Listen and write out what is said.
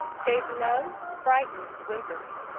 gave low, frightened whimpers.